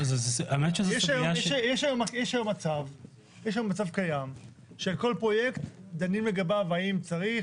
יש היום מצב קיים שעל כל פרויקט דנים לגביו האם צריך,